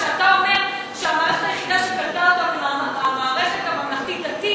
כשאתה אומר שהמערכת היחידה שקלטה אותם היא המערכת הממלכתית-דתית,